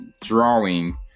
drawing